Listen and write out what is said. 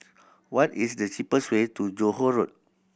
what is the cheapest way to Johore Road